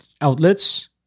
outlets